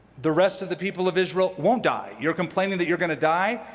the rest of the people of israel won't die. you're complaining that you're going to die,